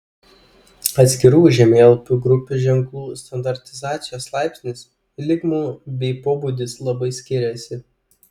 atskirų žemėlapių grupių ženklų standartizacijos laipsnis lygmuo bei pobūdis labai skiriasi